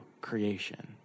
creation